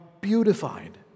beautified